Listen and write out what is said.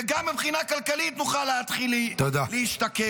וגם מבחינה כלכלית נוכל להתחיל להשתקם.